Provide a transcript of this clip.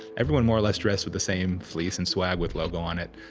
everyone more or less dressed with the same fleece and swag with logo on it.